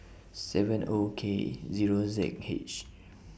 seven O K Zero Z H